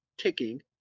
ticking